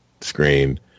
screen